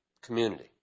community